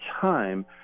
time